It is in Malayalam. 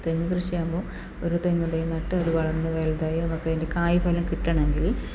തെങ്ങ് കൃഷി ആകുമ്പം ഒരു തെങ്ങുംതൈ നട്ട് അത് വളർന്നു വലുതായി നമുക്ക് അതിൻ്റെ കായ് ഫലം കിട്ടണമെങ്കില്